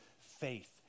Faith